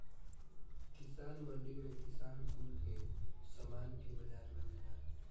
किसान मंडी में किसान कुल के समान के बाजार लगेला